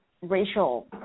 racial